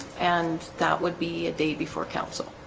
and that would be a day before council